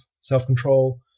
self-control